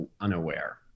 unaware